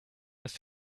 ist